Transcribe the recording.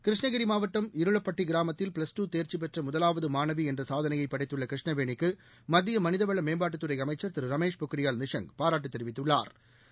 கிருஷ்ணகிரி மாவட்டம் இருளப்பட்டி கிராமத்தில் plus two தேர்ச்சி பெற்ற முதலாவது மாணவி என்ற சாதனையை படைத்துள்ள கிருஷ்ணவேணிக்கு மத்திய மனிதவள மேம்பாட்டுத்துறை அமைச்சா் திரு ராமேஷ் பொக்ரியால் நிஷாங் பாராட்டு தெரிவித்துள்ளாா்